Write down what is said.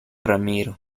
ramiro